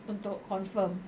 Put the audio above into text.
untuk confirm